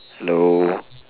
hello